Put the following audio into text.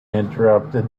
interrupted